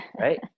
right